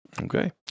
Okay